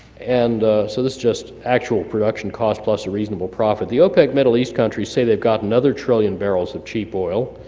and so this is just actual production cost plus a reasonable profit. the opec middle east countries say they've got another trillion barrels of cheap oil,